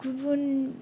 गुबुन